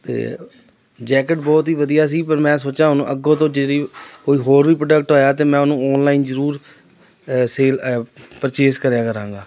ਅਤੇ ਜੈਕਟ ਬਹੁਤ ਹੀ ਵਧੀਆ ਸੀ ਪਰ ਮੈਂ ਸੋਚਿਆ ਹੁਣ ਅੱਗੋਂ ਤੋਂ ਜਿਹਦੀ ਕੋਈ ਹੋਰ ਵੀ ਪ੍ਰੋਡਕਟ ਹੋਇਆ ਤਾਂ ਮੈਂ ਉਹਨੂੰ ਔਨਲਾਈਨ ਜ਼ਰੂਰ ਸੇਲ ਪਰਚੇਸ ਕਰਿਆ ਕਰਾਂਗਾ